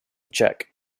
czech